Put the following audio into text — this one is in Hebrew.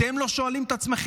אתם לא שואלים את עצמכם?